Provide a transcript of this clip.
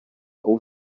all